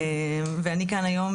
ואני כאן היום,